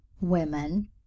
women